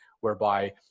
Whereby